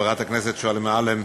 חברת הכנסת שולי מועלם,